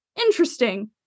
Interesting